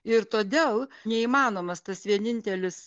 ir todėl neįmanomas tas vienintelis